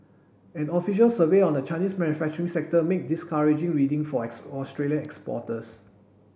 an official survey on the Chinese manufacturing sector made discouraging reading for Australian exporters